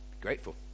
grateful